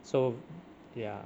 so ya